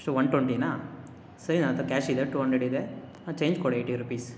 ಎಷ್ಟು ಒನ್ ಟ್ವಂಟಿನಾ ಸರಿ ನನ್ನತ್ರ ಕ್ಯಾಶ್ ಇದೆ ಟೂ ಹಂಡ್ರೇಡ್ ಇದೆ ಹಾಂ ಚೇಂಜ್ ಕೊಡಿ ಏಯ್ಟಿ ರುಪೀಸ್